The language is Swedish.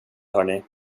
hörni